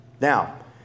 Now